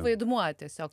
vaidmuo tiesiog